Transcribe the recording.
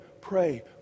pray